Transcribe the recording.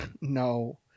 No